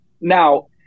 Now